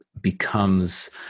becomes